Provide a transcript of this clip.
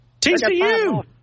TCU